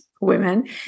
women